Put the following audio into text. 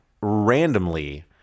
randomly